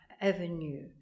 avenue